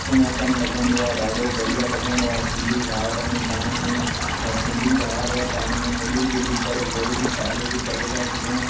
अपनोपन लॻंदो आहे ॾाढो बढ़िया लॻंदो आहे सिंधी भाउर इन पाण में ऐं सिंधी भाउर पाण में मिली जुली करे कोई बि कार्य बि करे था सघूं